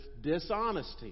dishonesty